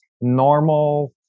normal